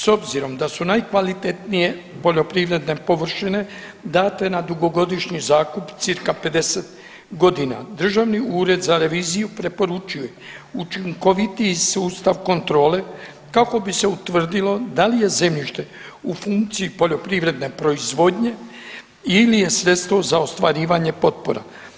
S obzirom da su najkvalitetnije poljoprivredne površine date na dugogodišnji zakup cca 50 godina, Državni ured za reviziju preporučio je učinkovitiji sustav kontrole kao bi se utvrdilo da li je zemljište u funkciji poljoprivredne proizvodnje ili je sredstvo za ostvarivanje potpora.